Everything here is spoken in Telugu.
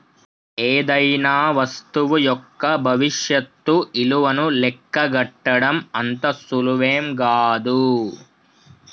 ఏదైనా వస్తువు యొక్క భవిష్యత్తు ఇలువను లెక్కగట్టడం అంత సులువేం గాదు